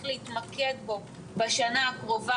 להתמקד בנושא הרגשי-חברתי בשנה הקרובה,